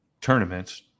tournaments